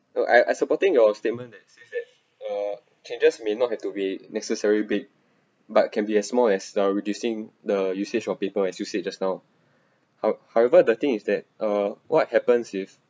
no I I supporting your statement that says that uh changes may not have to be necessary big but can be as small as start reducing the usage of paper as you said just now how~ however the thing is that uh what happens if